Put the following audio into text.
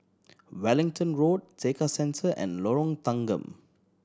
Wellington Road Tekka Centre and Lorong Tanggam